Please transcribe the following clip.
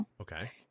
Okay